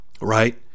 right